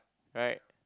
right